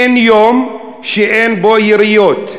אין יום שאין בו יריות,